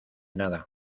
nada